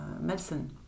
medicine